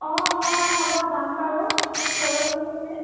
অ' মই হ'ব যাম বাৰু পৰহিলে মানে